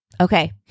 Okay